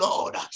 Lord